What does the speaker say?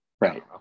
right